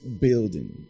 building